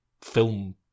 film